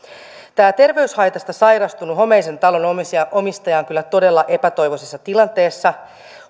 terveyshaitasta sairastunut homeisen talon omistaja omistaja on kyllä todella epätoivoisessa tilanteessa